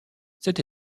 cette